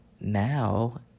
now